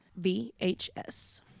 VHS